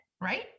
right